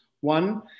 One